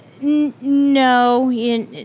No